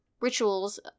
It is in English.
rituals